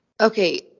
Okay